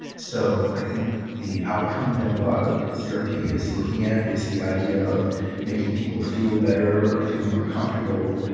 so, i think the outcome that a lot of therapy is looking at is the idea of making people feel better, or feel more comfortable,